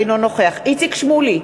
אינו נוכח איציק שמולי,